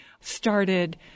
started